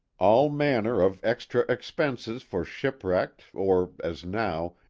all manner of extra expenses for shipwrecked or as now,